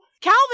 Calvin